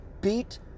beat